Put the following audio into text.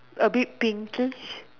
a bit pinkish